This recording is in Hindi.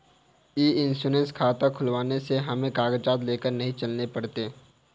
ई इंश्योरेंस खाता खुलवाने से हमें कागजात लेकर नहीं चलने पड़ते